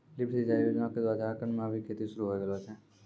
lift सिंचाई योजना क द्वारा झारखंड म भी खेती शुरू होय गेलो छै